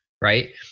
Right